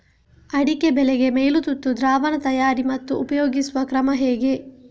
ಅಡಿಕೆ ಬೆಳೆಗೆ ಮೈಲುತುತ್ತು ದ್ರಾವಣ ತಯಾರಿ ಮತ್ತು ಉಪಯೋಗಿಸುವ ಕ್ರಮ ಹೇಗೆ?